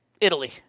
Italy